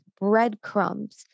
breadcrumbs